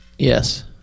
Yes